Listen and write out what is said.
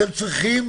אתם צריכים